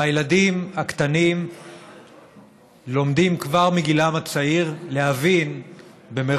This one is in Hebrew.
והילדים הקטנים לומדים כבר בגילם הצעיר להבין ש"המפלצת",